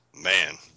Man